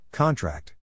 Contract